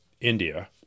India